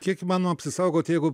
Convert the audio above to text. kiek įmanoma apsisaugot jeigu